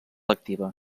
activa